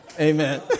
Amen